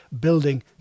building